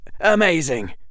amazing